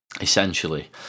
essentially